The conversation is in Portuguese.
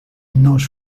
nós